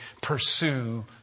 Pursue